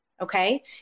Okay